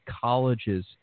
colleges